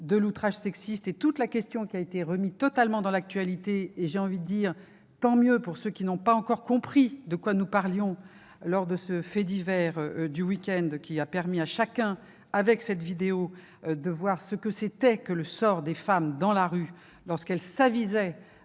de l'outrage sexiste. Cette question a été remise dans l'actualité- j'ai envie de dire « tant mieux !» pour ceux qui n'ont pas encore compris de quoi nous parlions -avec ce fait divers du week-end qui a permis à chacun de voir en vidéo ce qu'était le sort des femmes dans la rue lorsqu'elles s'avisaient